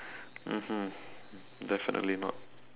mmhmm definitely not